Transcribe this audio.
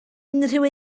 unrhyw